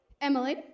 Emily